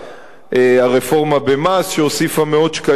הרפורמה במס שהוסיפה מאות שקלים בנטו